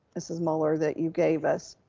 mrs. muller, that you gave us.